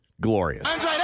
glorious